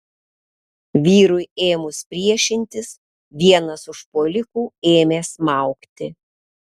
vyrui ėmus priešintis vienas užpuolikų ėmė smaugti